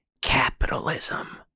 capitalism